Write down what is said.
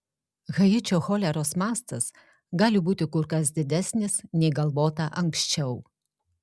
haičio choleros mastas gali būti kur kas didesnis nei galvota anksčiau